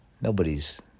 Nobody's